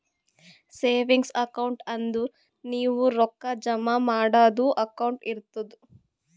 savings account ಅಂದುರ್ ನೀವು ರೊಕ್ಕಾ ಜಮಾ ಮಾಡದು ಅಕೌಂಟ್ ಇರ್ತುದ್